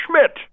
Schmidt